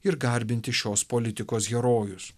ir garbinti šios politikos herojus